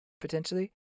potentially